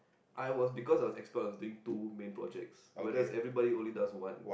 I was because I was expert I was doing two main projects whereas everybody only does one